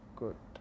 good